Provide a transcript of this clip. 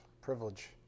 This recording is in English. privilege